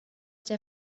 der